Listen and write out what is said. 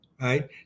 right